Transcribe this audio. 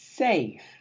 Safe